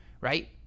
right